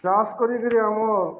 ଚାଷ୍ କରିକିରି ଆମ